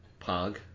Pog